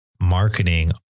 marketing